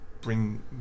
Bring